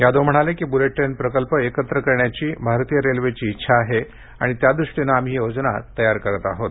यादव म्हणाले की bullet train प्रकल्प एकत्र करण्याची भारतीय रेल्वेची इच्छा आहे आणि त्याद्रष्टीने आम्ही योजना तयार करत आहोत